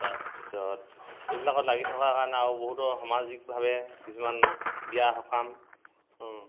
তাৰপিছত এইবিলাকত লাগি থকাৰ কাৰণে আৰু বহুতো সামাজিকভাৱে কিছুমান বিয়া সকাম